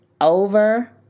over